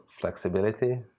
flexibility